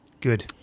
Good